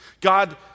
God